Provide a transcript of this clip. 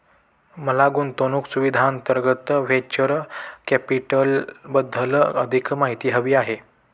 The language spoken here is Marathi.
मला गुंतवणूक सुविधांअंतर्गत व्हेंचर कॅपिटलबद्दल अधिक माहिती हवी आहे